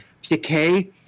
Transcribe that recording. decay